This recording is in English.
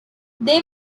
they